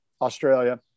Australia